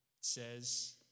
says